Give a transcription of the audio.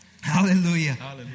Hallelujah